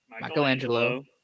Michelangelo